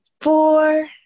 four